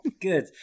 Good